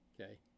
okay